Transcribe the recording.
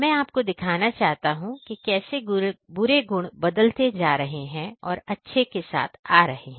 मैं आपको दिखाना चाहता हूं कि कैसे बुरे गुण बदलते जा रहे हैं और अच्छे के साथ आ रहे हैं